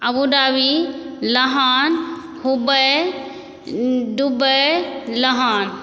अबू धाबी लहान हुबइ दुबइ लहान